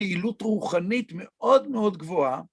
פעילות רוחנית מאוד מאוד גבוהה.